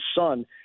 son